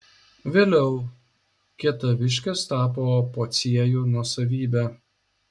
vėliau kietaviškės tapo pociejų nuosavybe